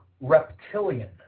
reptilian